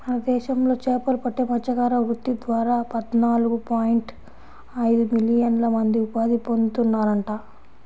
మన దేశంలో చేపలు పట్టే మత్స్యకార వృత్తి ద్వారా పద్నాలుగు పాయింట్ ఐదు మిలియన్ల మంది ఉపాధి పొందుతున్నారంట